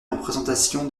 représentation